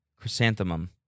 chrysanthemum